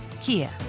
Kia